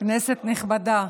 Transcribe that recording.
כנסת הנכבדה,